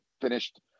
finished